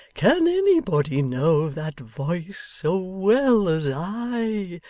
can any body know that voice so well as i?